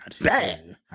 bad